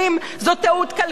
זאת טעות כלכלית,